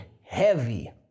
heavy